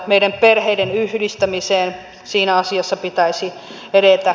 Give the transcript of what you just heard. meidän perheiden yhdistämisessä pitäisi edetä